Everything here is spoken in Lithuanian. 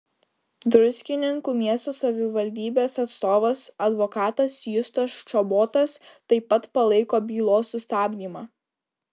druskininkų miesto savivaldybės atstovas advokatas justas čobotas taip pat palaiko bylos sustabdymą